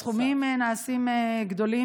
הסכומים נעשים גדולים,